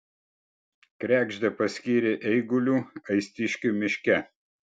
kregždę paskyrė eiguliu aistiškių miške